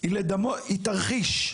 היא תרחיש.